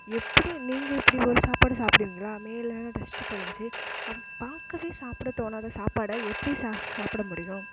எப்படி நீங்கள் இப்படி ஒரு சாப்பாடை சாப்பிடுவீங்களா மேலேலாம் டஸ்ட்டு படிஞ்சு அப்போ பார்க்கவே சாப்பிட தோணாத சாப்பாடை எப்படி சார் சாப்பிட முடியும்